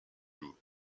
louvre